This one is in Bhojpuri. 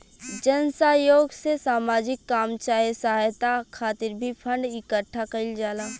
जन सह योग से सामाजिक काम चाहे सहायता खातिर भी फंड इकट्ठा कईल जाला